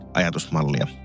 ajatusmallia